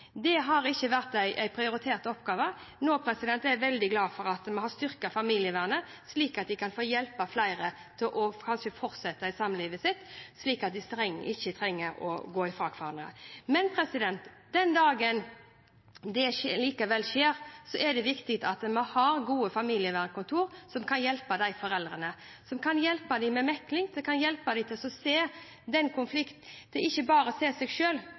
Det har ikke vært en prioritert oppgave. Nå er jeg veldig glad for at vi har styrket familievernet, slik at de kan hjelpe flere til kanskje å fortsette samlivet, slik at de ikke trenger å gå fra hverandre. Den dagen det likevel skjer, er det viktig at vi har gode familievernkontor, som kan hjelpe de foreldrene, og som kan hjelpe dem med mekling og til ikke bare å se seg selv. For de som har vært gjennom det, vet at da er det